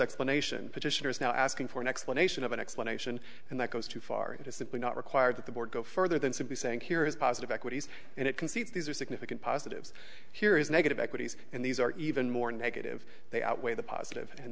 explanation petitioner is now asking for an explanation of an explanation and that goes too far it is simply not required that the board go further than simply saying here is positive equities and it can see that these are significant positives here is negative equities and these are even more negative they outweigh the positive and